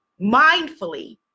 mindfully